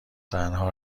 زنها